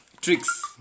Tricks